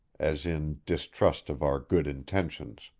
as in distrust of our good intentions.